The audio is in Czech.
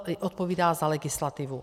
MF odpovídá za legislativu.